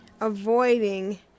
avoiding